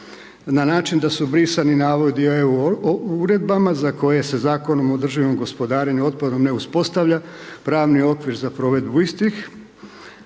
na način da su brisani navodi o EU uredbama za koje se Zakonom o održivom gospodarenju otpadom ne uspostavlja pravni okvir za provedbu istih.